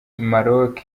maroc